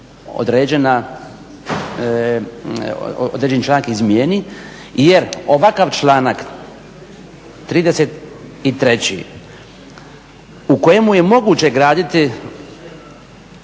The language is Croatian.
uređenju određen članak izmijeni jer ovakav članak 33.u kojemu je moguće graditi